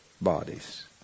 bodies